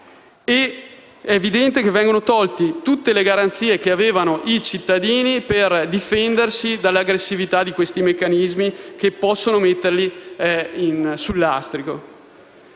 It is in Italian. È evidente che vengono tolte tutte le garanzie che avevano i cittadini per difendersi dall'aggressività di questi meccanismi che possono metterli sul lastrico.